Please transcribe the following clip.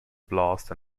blast